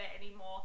anymore